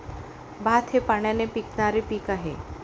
भात हे पाण्याने पिकणारे पीक आहे